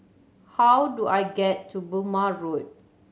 how do I get to Burmah Road